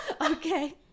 Okay